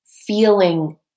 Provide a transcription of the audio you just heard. feeling